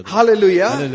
Hallelujah